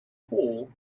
whole